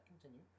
Continue